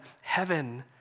heaven